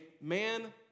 man